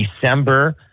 december